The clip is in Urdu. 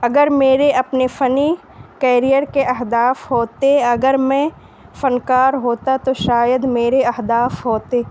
اگر میرے اپنے فنی کیریئر کے اہداف ہوتے اگر میں فنکار ہوتا تو شاید میرے اہداف ہوتے